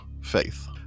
faith